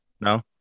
no